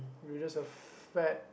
you're just a fat